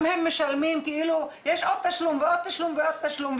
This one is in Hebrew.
גם הם משלמים כאילו יש עוד תשלום ועוד תשלום ועוד תשלום.